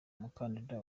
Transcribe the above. mukandida